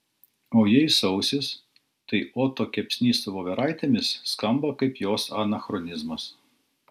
o jeigu sausis tai oto kepsnys su voveraitėmis skamba kaip jos anachronizmas